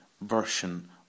version